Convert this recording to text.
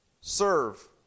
serve